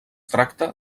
tracta